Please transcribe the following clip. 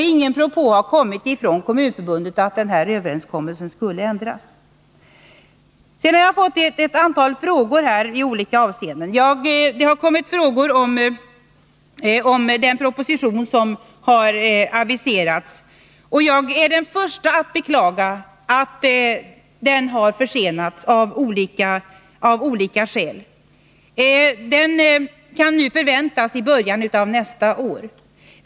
Ingen propå har kommit från Kommunförbundet om att denna överenskommelse skulle ändras. Jag har fått ett antal frågor i olika avseenden. Det har ställts frågor om den proposition som har aviserats, och jag är den första att beklaga att den av olika skäl har försenats. Propositionen kan väntas i början av nästa år.